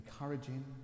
encouraging